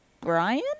Brian